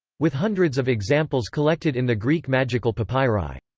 with hundreds of examples collected in the greek magical papyri.